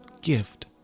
gift